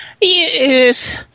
Yes